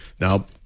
now